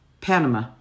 Panama